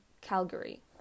Calgary